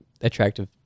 attractive